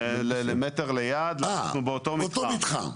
מטר ליד, אנחנו באותו מתחם.